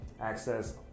access